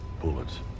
Bullets